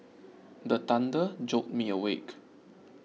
the thunder jolt me awake